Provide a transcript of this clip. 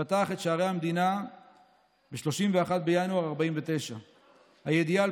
פתח את שערי המדינה ב-31 בינואר 1949. הידיעה על